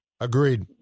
agreed